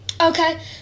okay